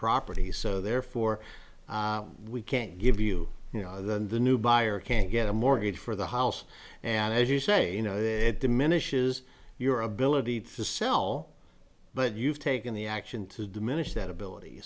property so therefore we can't give you you know then the new buyer can't get a mortgage for the house and as you say you know it diminishes your ability to sell but you've taken the action to diminish that ability